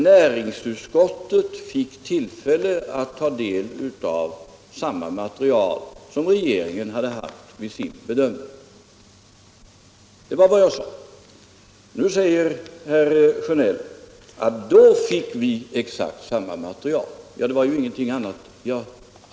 Näringsutskottet hade haft tillfälle att ta del av samma material som regeringen vid sin bedömning. Detta var vad jag sade. Nu säger herr Sjönell att utskottet efter återremissen fick exakt samma material och det är ju ingenting annat än vad jag sade.